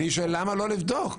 אני שואל למה לא לבדוק.